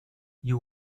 you